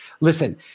listen